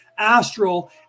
astral